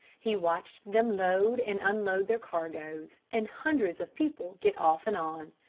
he watched them load and unload their cargoes and hundreds of people get off and on.